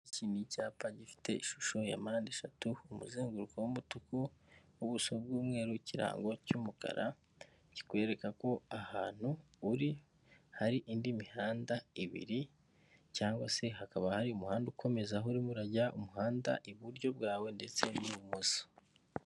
Iki ni icyapa gifite ishusho ya mpande eshatu, umuzenguruko w'umutuku, ubuso bw'umweru, ikirango cy'umukara kikwereka ko ahantu uri hari indi mihanda ibiri, cyangwa se hakaba hari umuhanda ukomeza aho urimo urajya, umuhanda iburyo bwawe ndetse n'ibumoso.